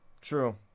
True